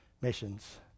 missions